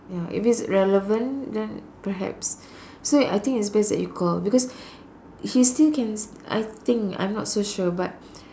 ya if it's relevant then perhaps so I think it's best that you call because he still can I think I'm not so sure but